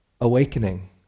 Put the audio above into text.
awakening